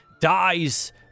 dies